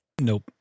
Nope